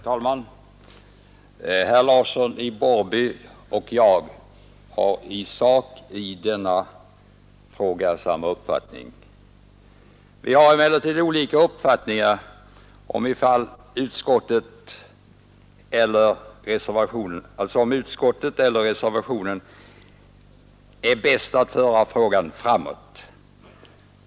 Herr talman! Herr Larsson i Borrby och jag har i sak samma uppfattning i denna fråga. Vi har emellertid olika uppfattningar om huruvida utskottets skrivning eller reservationen är bäst ägnad att föra frågan framåt.